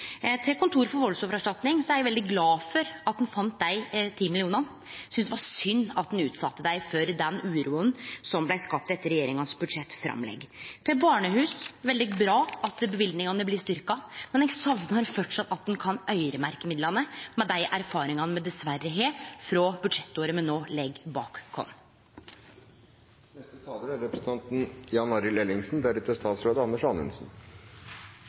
Til Kontoret for voldsoffererstatning: Eg er veldig glad for at ein fann dei ti millionane. Eg synest det er synd at ein utset dei for den uroa som blei skapt etter regjeringas budsjettframlegg. Til barnehus: Det er veldig bra at løyvingane blir styrkte, men eg saknar framleis at ein kan øyremerkje midlane, med dei erfaringane me dessverre har frå det budsjettåret me no legg bak